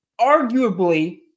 arguably